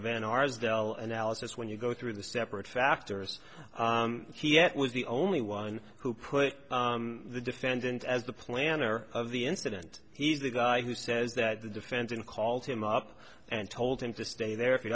van arsdale analysis when you go through the separate factors kiev was the only one who put the defendant as the planner of the incident he's the guy who says that the defendant called him up and told him to stay there if he